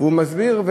והוא מסביר,